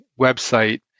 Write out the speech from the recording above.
website